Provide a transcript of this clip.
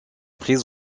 prises